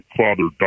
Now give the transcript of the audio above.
father